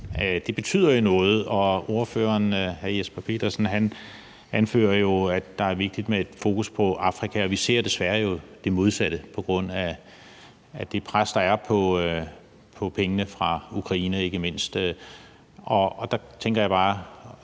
Det betyder jo noget. Ordføreren, hr. Jesper Petersen, anfører, at det er vigtigt med et fokus på Afrika, og vi ser desværre det modsatte på grund af det pres, der er på pengene, ikke mindst